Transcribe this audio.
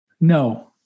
No